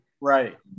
right